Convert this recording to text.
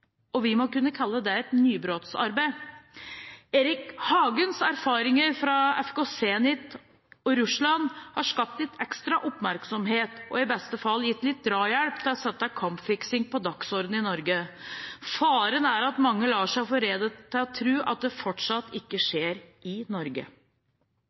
Vi må kunne kalle det et nybrottsarbeid. Erik Hagens erfaringer fra FK Zenit og Russland har skapt litt ekstra oppmerksomhet og – i beste fall – gitt litt drahjelp til å sette kampfiksing på dagsordenen i Norge. Faren er at mange lar seg forlede til å tro at det fortsatt ikke